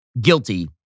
guilty